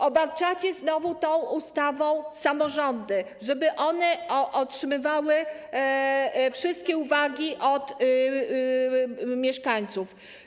Obarczacie znowu tą ustawą samorządy, tak żeby one otrzymywały wszystkie uwagi od mieszkańców.